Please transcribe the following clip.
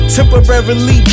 Temporarily